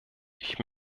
ich